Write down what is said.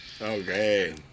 Okay